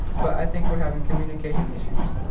but i think we are having communication issues.